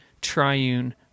triune